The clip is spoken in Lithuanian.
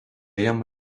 jam